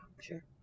Sure